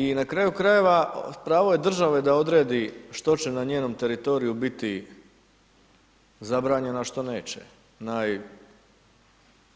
I na kraju krajeva pravo je države da odredi što će na njenom teritoriju biti zabranjeno, a što neće,